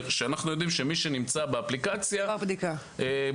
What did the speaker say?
כשאנחנו יודעים שמי שנמצא באפליקציה לכל